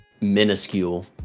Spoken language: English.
minuscule